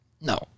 No